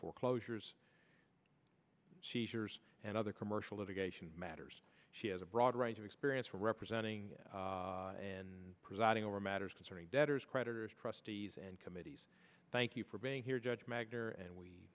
foreclosures seizures and other commercial litigation matters she has a broad range of experience for representing and presiding over matters concerning debtors creditors trustees and committees thank you for being here judge magner and we